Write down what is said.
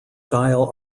style